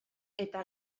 eta